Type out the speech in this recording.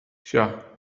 tja